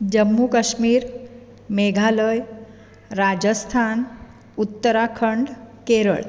Jammu Kashmir Meghalaya Rajasthan Uttarakhand Kerala